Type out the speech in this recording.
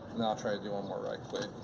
and i'll try to do one more right quick.